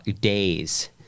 days